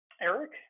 eric